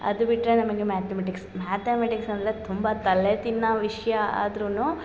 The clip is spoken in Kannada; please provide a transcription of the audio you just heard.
ಅದು ಬಿಟ್ಟರೆ ನಮಗೆ ಮ್ಯಾತಮೆಟಿಕ್ಸ್ ಮ್ಯಾತಮೆಟಿಕ್ಸ್ ಅಂದರೆ ತುಂಬ ತಲೆ ತಿನ್ನೋ ವಿಷಯ ಆದರೂನು